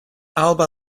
alba